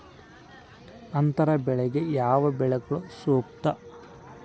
ಅಂತರ ಬೆಳೆಗೆ ಯಾವ ಬೆಳೆಗಳು ಸೂಕ್ತ?